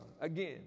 Again